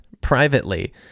privately